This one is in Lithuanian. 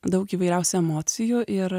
daug įvairiausių emocijų ir